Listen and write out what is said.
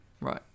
right